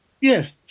Yes